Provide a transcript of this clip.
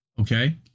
Okay